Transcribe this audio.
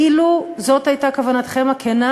אילו זאת הייתה כוונתכם הכנה,